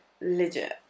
legit